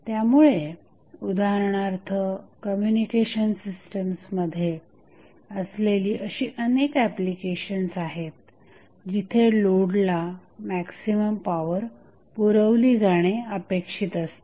त्यामुळे उदाहरणार्थ communication system मध्ये असलेली अशी अनेक एप्लिकेशन्स आहेत जिथे लोडला मॅक्झिमम पॉवर पुरवली जाणे अपेक्षित असते